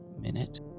minute